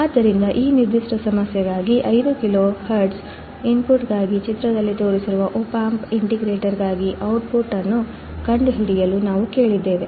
ಆದ್ದರಿಂದ ಈ ನಿರ್ದಿಷ್ಟ ಸಮಸ್ಯೆಗಾಗಿ 5 ಕಿಲೋಹೆರ್ಟ್ಜ್ನ ಇನ್ಪುಟ್ಗಾಗಿ ಚಿತ್ರದಲ್ಲಿ ತೋರಿಸಿರುವ ಓಪ್ಯಾಂಪ್ ಇಂಟಿಗ್ರೇಟರ್ಗಾಗಿ output ಅನ್ನು ಕಂಡುಹಿಡಿಯಲು ನಾವು ಕೇಳಿದ್ದೇವೆ